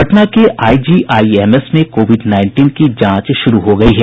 पटना के आईजीआईएमएस में COVID nineteen की जांच शुरू हो गयी है